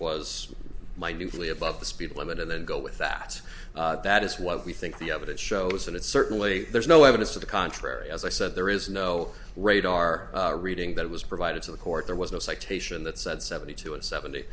was my new fully above the speed limit and then go with that that is what we think the evidence shows and it certainly there's no evidence to the contrary as i said there is no radar reading that was provided to the court there was no citation that said seventy two and seventy